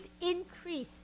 increase